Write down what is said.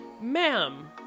ma'am